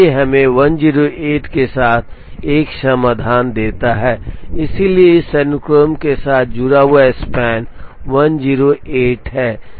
इसलिए हमें 108 के साथ एक समाधान देता है इसलिए इस अनुक्रम के साथ जुड़ा हुआ स्पैन 108 है